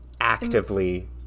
actively